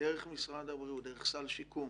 דרך משרד הבריאות, דרך סל שיקום